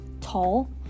tall